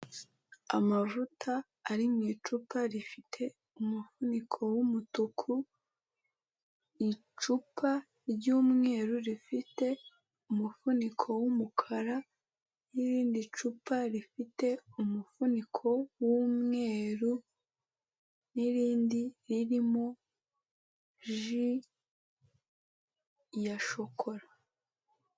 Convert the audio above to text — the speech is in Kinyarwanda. Amavuta ari mu icupa rifite umufuniko wumutuku, icupa ry'umweru rifite umufuniko w'umukara n'irindi cupa rifite umufuniko w'umweru n'irindi ririmo ji ya shokora.